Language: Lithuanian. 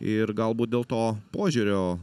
ir galbūt dėl to požiūrio